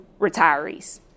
retirees